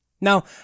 Now